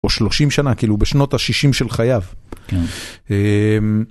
או שלושים שנה, כאילו בשנות השישים של חייו.